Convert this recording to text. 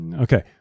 Okay